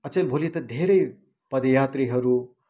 अचेल भोलि त धेरै पद यात्रीहरू